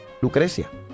Lucrecia